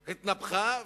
התנפחה,